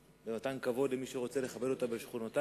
במתן כבוד למי שרוצה לכבד אותה בשכונותיו,